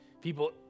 people